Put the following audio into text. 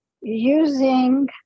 using